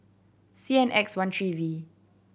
C N X one three V